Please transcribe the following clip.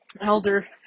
Elder